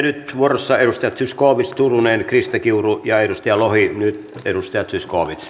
nyt vuorossa edustajat zyskowicz turunen krista kiuru ja lohi